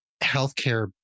healthcare